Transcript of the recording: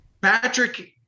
Patrick